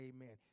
Amen